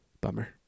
Bummer